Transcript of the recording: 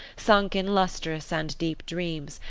sunk in lustrous and deep dreams,